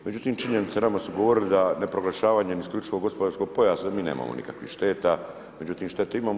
Međutim činjenice, nama su govorili da ne proglašavanjem isključivo gospodarskog pojasa da mi nemamo nikakvih šteta, međutim šteta imamo.